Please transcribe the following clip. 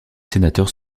sénateurs